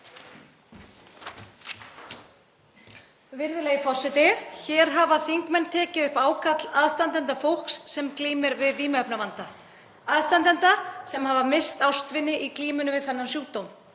Virðulegi forseti. Hér hafa þingmenn tekið upp ákall aðstandenda fólks sem glímir við vímuefnavanda. Aðstandenda sem hafa misst ástvini í glímunni við þennan sjúkdóm.